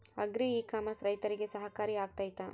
Agri e commerce ರೈತರಿಗೆ ಸಹಕಾರಿ ಆಗ್ತೈತಾ?